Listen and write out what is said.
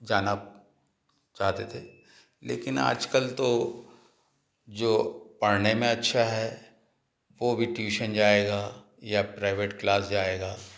जाना चाहते थे लेकिन आजकल तो जो पढ़ने में अच्छा है वो भी ट्यूशन जाएगा या प्राइवेट क्लास जाएगा